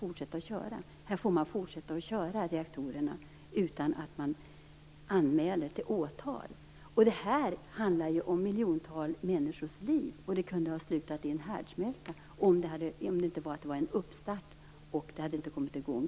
OKG får fortsätta att köra reaktorerna utan att anmälas till åtal. Och här handlar det om miljontals människors liv - det kunde ha slutat i en härdsmälta, om det inte hade varit vid en start, när processen inte hade kommit i gång.